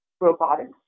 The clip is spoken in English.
robotics